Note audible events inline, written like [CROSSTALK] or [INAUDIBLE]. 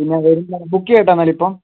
[UNINTELLIGIBLE] book ചെയ്യട്ടെ എന്നാൽ ഇപ്പോൾ